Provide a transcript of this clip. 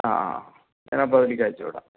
ആ ഞാൻ ഞാൻ അപ്പോൾ അതിലേക്ക് അയച്ച് ഇടാം